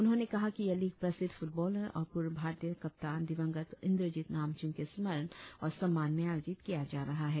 उन्होंने कहा कि यह लीग प्रसिद्ध फुटबॉलर और पूर्व भारतीय कप्तान दिवंगत इंद्रजित नामचुम के स्मरण और स्म्मान में आयोजित किया जा रहा है